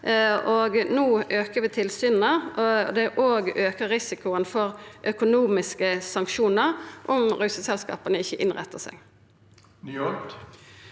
No aukar vi tilsyna, og det aukar risikoen for økonomiske sanksjonar om russeselskapa ikkje innrettar seg.